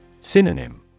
Synonym